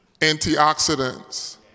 antioxidants